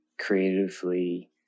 creatively